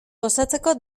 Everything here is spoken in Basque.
gozatzeko